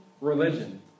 religion